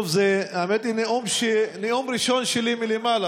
טוב, האמת שזה נאום ראשון שלי מלמעלה.